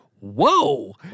Whoa